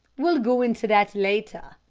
we'll go into that later.